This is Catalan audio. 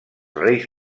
reis